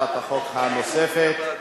ההצעה תעבור להמשך דיון לוועדת העבודה,